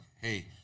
hey